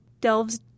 delves